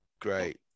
great